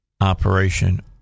operation